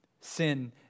sin